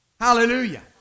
Hallelujah